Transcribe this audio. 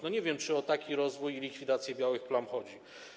Nie wiem, czy o taki rozwój i likwidację białych plam chodzi.